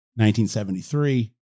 1973